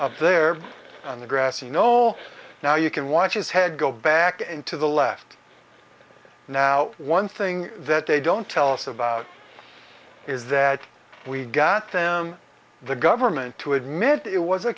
up there on the grassy knoll now you can watch his head go back into the left now one thing that they don't tell us about is that we got them the government to admit it was a